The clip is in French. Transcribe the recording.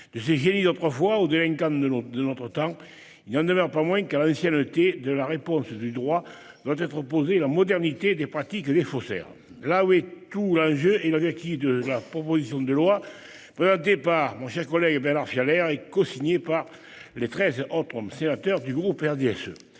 De ces génies d'autrefois aux délinquants de notre temps, il n'en demeure pas moins qu'à l'ancienneté de la réponse du droit doit être opposée la modernité des pratiques des faussaires. C'est en cela que résident l'enjeu et l'objectif de la proposition de loi présentée par Bernard Fialaire et cosignée par les treize autres sénateurs du groupe du